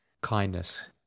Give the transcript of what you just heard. kindness